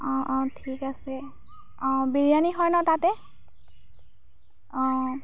অঁ অঁ ঠিক আছে অঁ বিৰিয়ানী হয় ন তাতে অঁ